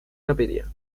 capilla